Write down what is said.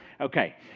Okay